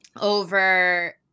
over